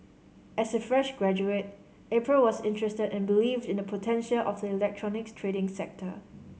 as a fresh graduate April was interested and believed in the potential of the electronics trading sector